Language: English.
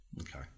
Okay